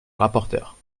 rapporteure